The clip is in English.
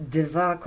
dwa